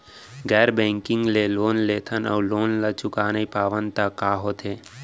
गैर बैंकिंग ले लोन लेथन अऊ लोन ल चुका नहीं पावन त का होथे?